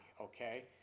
okay